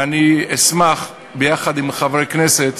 ואני אשמח, יחד עם חברי הכנסת